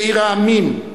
כעיר העמים,